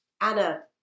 Anna